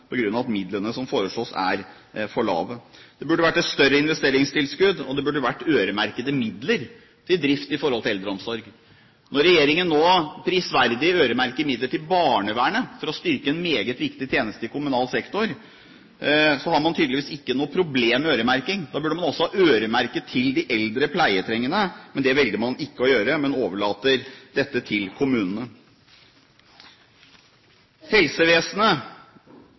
at midlene som foreslås, er for små. Det burde vært et større investeringstilskudd, og det burde vært øremerkede midler til drift når det gjelder eldreomsorg. Når regjeringen nå prisverdig øremerker midler til barnevernet for å styrke en meget viktig tjeneste i kommunal sektor, har man tydeligvis ikke noe problem med øremerking. Da burde man også ha øremerket til de eldre pleietrengende. Det velger man ikke å gjøre, men overlater dette til kommunene. Når det gjelder helsevesenet: